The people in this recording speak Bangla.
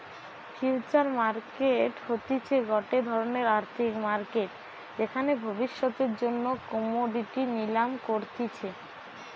ফিউচার মার্কেট হতিছে গটে ধরণের আর্থিক মার্কেট যেখানে ভবিষ্যতের জন্য কোমোডিটি নিলাম করতিছে